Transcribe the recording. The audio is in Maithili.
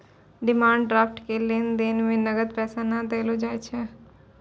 डिमांड ड्राफ्ट के लेन देन मे नगद पैसा नै देलो जाय छै